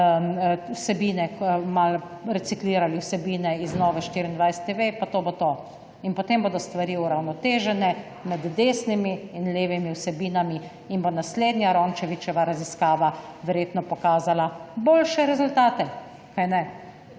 malo reciklirali vsebine iz Nove24TV pa to bo to? In potem bodo stvari uravnotežene med desnimi in levimi vsebinami in bo naslednja Rončevićeva raziskava verjetno pokazala boljše rezultate. Kajne?